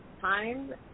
time